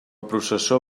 processó